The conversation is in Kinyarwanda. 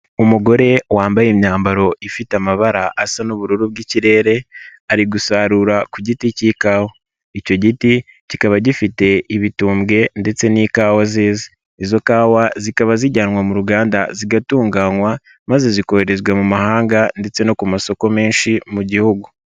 Umugore wambaye imyambaro ifite amabara asa n'ubururu bw'ikirere ari gusarura ku giti cy'ikawa icyo giti kikaba gifite ibitumbwe ndetse n'ikawa zeze, izo kawa zikaba zijyanwa mu ruganda zigatunganywa maze zikoherezwa mu mahanga ndetse no ku masoko menshi mu gihugu.